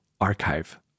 archive